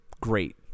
great